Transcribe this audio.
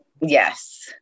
yes